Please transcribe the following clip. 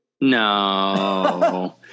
No